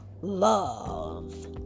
love